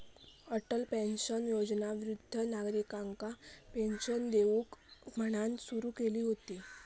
Atal pension Yojana वृद्ध नागरिकांका pension देऊक म्हणान सुरू केली हुती